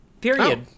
Period